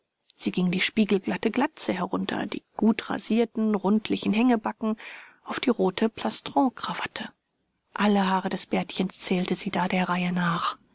sie ging die spiegelglatte glatze herunter die gutrasierten rundlichen hängebacken auf die rote plastronkrawatte alle haare des bärtchens zählte sie da der reihe nach